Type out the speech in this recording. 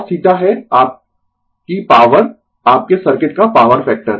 और cos θ है आपकी पॉवर आपके सर्किट का पॉवर फैक्टर